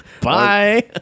bye